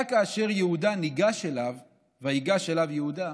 רק כאשר יהודה ניגש אליו, "ויגש אליו יהודה",